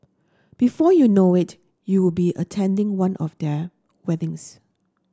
before you know it you'll be attending one of their weddings